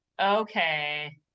Okay